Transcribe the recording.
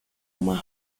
uma